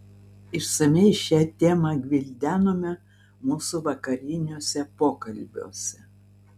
išsamiai šią temą gvildenome mūsų vakariniuose pokalbiuose